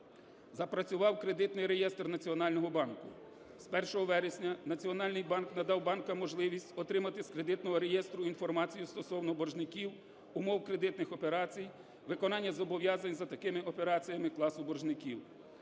Запрацював кредитний реєстр Національного банку. З 1 вересня Національний банк надав банкам можливість отримати з кредитного реєстру інформацію стосовно боржників, умов кредитних операцій, виконання зобов'язань за такими операціями класу боржників.